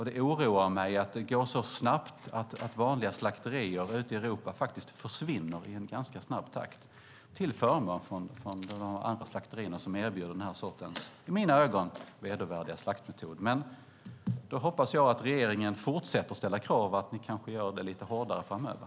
Det oroar mig att vanliga slakterier ute i Europa försvinner i en ganska snabb takt till förmån för de slakterier som erbjuder den här sortens, i mina ögon, vedervärdiga slaktmetod. Då hoppas jag att regeringen fortsätter att ställa krav och kanske ställer lite hårdare krav framöver.